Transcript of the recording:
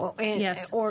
Yes